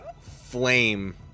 flame